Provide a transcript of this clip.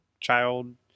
Child